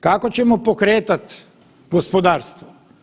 Kako ćemo pokretat gospodarstvo?